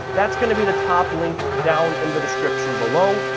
that's gonna be the top link down in the description below.